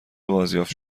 بازیافت